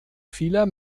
vieler